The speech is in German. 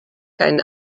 kein